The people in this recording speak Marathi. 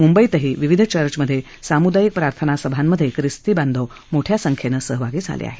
मुंबईतही विविध चर्चमधे सामुहिक प्रार्थनासभांमधे खिस्ती बांधव मोठया संख्येनं सहभागी झाले आहेत